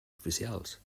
oficials